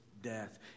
death